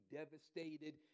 devastated